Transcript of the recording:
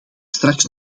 straks